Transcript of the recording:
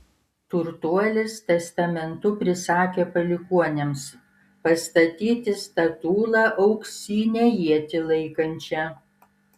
turtuolis testamentu prisakė palikuonims pastatyti statulą auksinę ietį laikančią